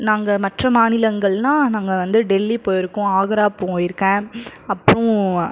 நாங்கள் மற்ற மாநிலங்கள்னால் நாங்கள் வந்து டெல்லி போயிருக்கோம் ஆக்ரா போயிருக்கேன் அப்புறோம்